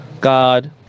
God